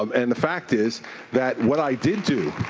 um and the fact is that what i did do,